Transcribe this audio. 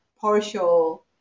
partial